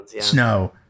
Snow